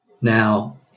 Now